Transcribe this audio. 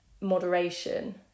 moderation